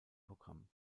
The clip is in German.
programm